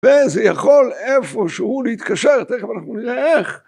וזה יכול איפשהו להתקשר, תכף אנחנו נראה איך.